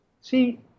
See